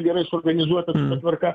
gerai suorganizuota ta tvarka